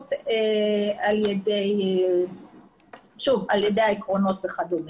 אפשרות על ידי העקרונות וכדומה.